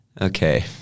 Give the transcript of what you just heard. Okay